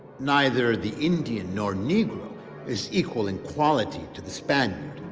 neither the indian nor negro is equal in quality to the spaniard